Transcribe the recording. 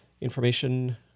information